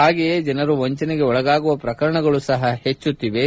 ಹಾಗೆಯೇ ಜನರು ವಂಚನೆಗೆ ಒಳಗಾಗುವ ಪ್ರಕರಣಗಳು ಸಹ ಹೆಚ್ಚುತ್ತಿವೆ